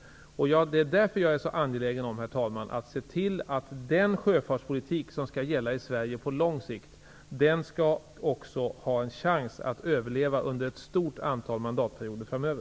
Det är därför jag är så angelägen om, herr talman, att se till att den sjöfartspolitik som skall gälla i Sverige på lång sikt också skall ha en chans att överleva under ett stort antal mandatperioder framöver.